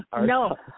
no